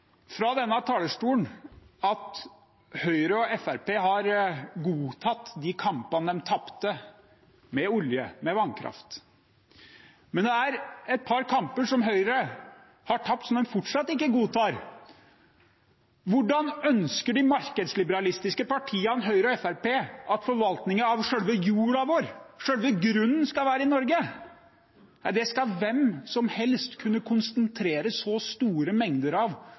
fra denne talerstolen at Høyre og Fremskrittspartiet har godtatt de kampene de tapte – med olje, med vannkraft – men det er et par kamper som Høyre har tapt, som de fortsatt ikke godtar. Hvordan ønsker de markedsliberalistiske partiene Høyre og Fremskrittspartiet at forvaltningen av selve jorda vår, selve grunnen, skal være i Norge? Nei, det skal hvem som helst kunne konsentrere så store mengder av,